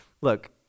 look